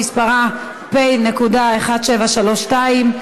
שמספרה פ/1732,